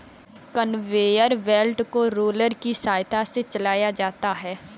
conveyor belt को roller की सहायता से चलाया जाता है